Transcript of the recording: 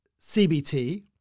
CBT